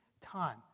time